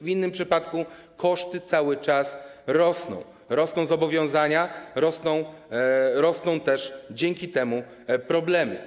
W innym przypadku koszty cały czas rosną, rosną zobowiązania, rosną też dzięki temu problemy.